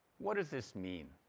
what does this mean?